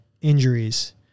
injuries